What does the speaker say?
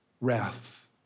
wrath